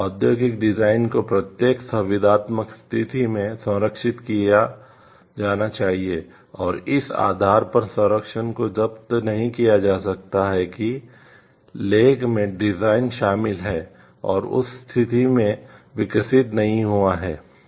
औद्योगिक डिजाइन को प्रत्येक संविदात्मक स्थिति में संरक्षित किया जाना चाहिए और इस आधार पर संरक्षण को जब्त नहीं किया जा सकता है कि लेख में डिजाइन Des शामिल है और उस स्थिति में विकसित नहीं हुआ है